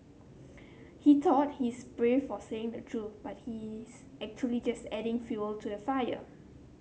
he thought he's brave for saying the truth but he's actually just adding fuel to the fire